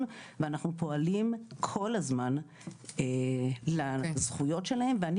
ואנחנו פועלים כל הזמן על הזכויות שלהם ואני